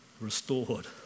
restored